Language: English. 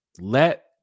Let